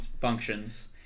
functions